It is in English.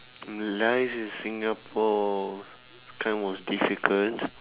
life in singapore kind of difficult